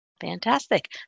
Fantastic